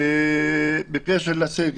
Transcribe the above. בקשר לסגר,